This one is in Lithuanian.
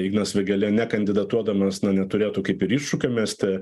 ignas vėgėlė nekandidatuodamas na neturėtų kaip ir iššūkio mesti